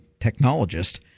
technologist